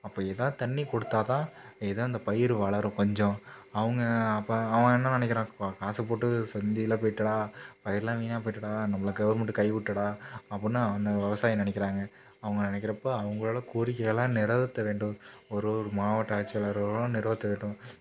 அப்போ எதாக தண்ணீர் கொடுத்தா தான் எதோ இந்த பயிர் வளரும் கொஞ்சம் அவங்க அப்போ அவன் என்ன நினைக்கிறான் கோ காசு போட்டு சந்தியில போய்ட்டுடா பயிர்லாம் வீணாக போய்ட்டுடா நம்மளுக்கு கவர்மெண்ட் கை விட்டுடா அப்புடின்னு அந்த விவசாயி நினைக்கிறாங்க அவங்க நினைக்கிறப்ப அவங்களோட கோரிக்கைகள்லாம் நிறவேற்ற வேண்டும் ஒரு ஒரு மாவட்ட ஆட்சியாளர்களும் நிறவேற்ற வேண்டும்